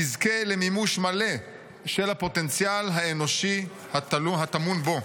יזכה למימוש מלא של הפוטנציאל האנושי הטמון בו.